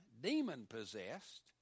demon-possessed